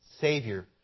Savior